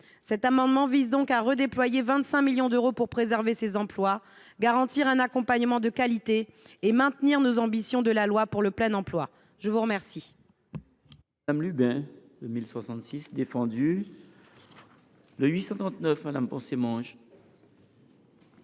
Cet amendement vise donc à redéployer 25 millions d’euros de crédits pour préserver ces emplois, garantir un accompagnement de qualité et maintenir les ambitions de la loi pour le plein emploi. L’amendement